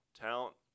talent